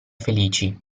felici